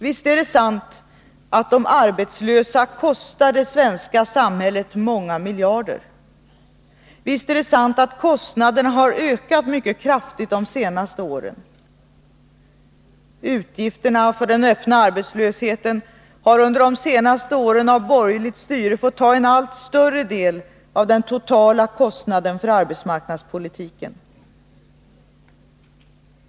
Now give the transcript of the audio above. Visst är det sant att de arbetslösa kostar det svenska samhället många miljarder. Visst är det sant att kostnaderna har ökat mycket kraftigt det senaste året. Utgifterna för den öppna arbetslösheten har under de senaste åren av borgerligt styre fått ta en allt större del av den totala kostnaden för arbetsmarknadspolitiken.